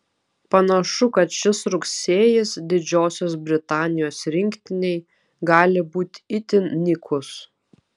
panašu kad šis rugsėjis didžiosios britanijos rinktinei gali būti itin nykus